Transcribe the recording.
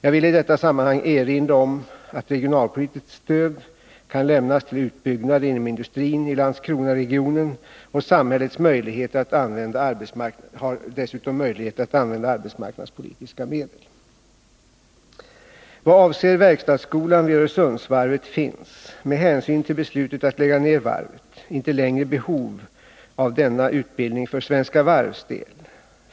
Jag vill i detta sammanhang erinra om att regionalpolitiskt stöd kan lämnas till utbyggnader inom industrin i Landskronaregionen, och samhället har dessutom möjligheter att använda arbetsmarknadspolitiska medel. Vad avser verkstadsskolan vid Öresundsvarvet finns — med hänsyn till beslutet att lägga ned varvet — inte längre behov av denna utbildning för Svenska Varvs del.